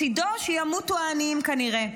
מצידו, שימותו העניים, כנראה.